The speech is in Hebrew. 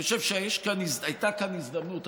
אני חושב שהייתה כאן הזדמנות.